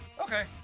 okay